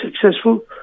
successful